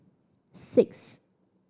six